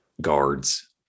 guards